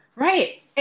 Right